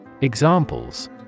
Examples